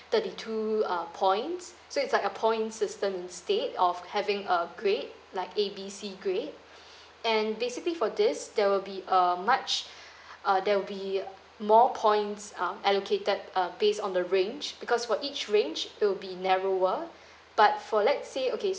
thirty two uh points so it's like a points system instead of having a grade like A B C grade and basically for this there will be a much uh there will be more points um allocated uh based on the range because for each range it will be narrower but for let's say okay